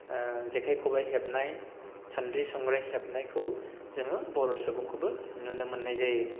जेखाइ खबाइ हेबनाय सान्द्रि संग्राय हेबनायखौ जोङो बर' सुबुंखौबो नुनो मोननाय जायो